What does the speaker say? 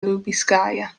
lubiskaja